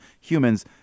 humans